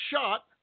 shot